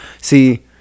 See